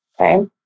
okay